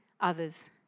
others